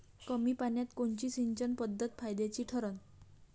कमी पान्यात कोनची सिंचन पद्धत फायद्याची ठरन?